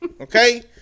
Okay